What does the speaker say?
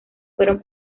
fueron